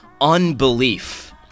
unbelief